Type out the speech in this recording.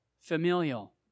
familial